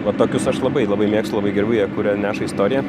va tokius aš labai labai mėgstu labai gerbiu ją kurie neša istoriją